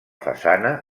façana